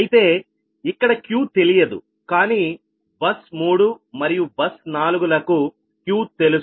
అయితే ఇక్కడ Q తెలియదు కానీ బస్ 3 మరియు బస్ 4 లకుQ తెలుసు